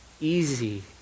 easy